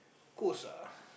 ghost ah